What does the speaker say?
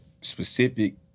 specific